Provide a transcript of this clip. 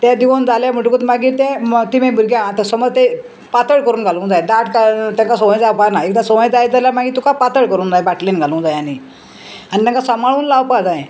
ते दिवन जाले म्हणटकूत मागीर तें तेमी भुरग्यां आतां समज तें पातळ करून घालूंक जाय दाट काय तेका सवंय जावपा ना एकदां सवंय जायत जाल्यार मागीर तुका पातळ करूंक जाय बाटलेन घालूंक जाय आनी आनी तेंका सांबाळून लावपा जाय